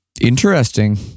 interesting